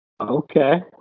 Okay